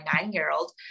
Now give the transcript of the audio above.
nine-year-old